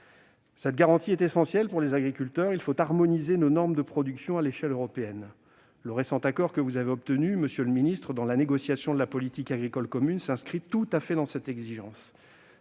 Cette garantie est essentielle pour les agriculteurs : il faut harmoniser les normes de production à l'échelle européenne. Le récent accord que vous avez obtenu dans la négociation de la politique agricole commune, s'inscrit tout à fait dans cette exigence,